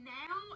now